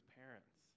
parents